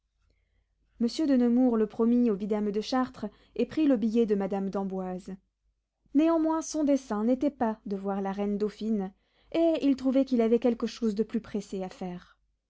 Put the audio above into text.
monsieur de nemours le promit au vidame de chartres et prit le billet de madame d'amboise néanmoins son dessein n'était pas de voir la reine dauphine et il trouvait qu'il avait quelque chose de plus pressé à faire